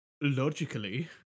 logically